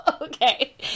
okay